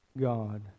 God